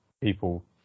people